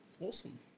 Awesome